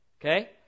Okay